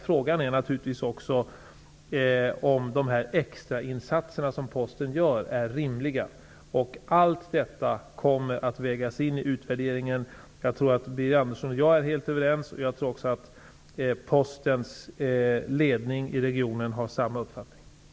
Frågan är om de extrainsatser som Posten gör är rimliga. Allt detta kommer att vägas in i utvärderingen. Jag tror att Birger Andersson och jag är helt överens, och jag tror också att postregionens ledning har samma uppfattning som vi.